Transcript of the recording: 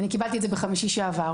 אני קיבלתי בחמישי שעבר,